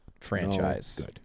franchise